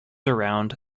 around